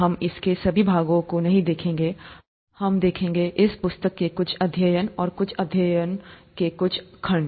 हम इसके सभी भागों को नहीं देखेंगेहम देख रहे होंगे इस पुस्तक में कुछ अध्याय और कुछ अध्यायों के कुछ खंड